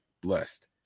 blessed